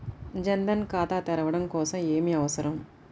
జన్ ధన్ ఖాతా తెరవడం కోసం ఏమి అవసరం?